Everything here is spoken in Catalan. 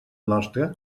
nostre